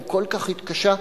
הוא כל כך התקשה,